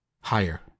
Higher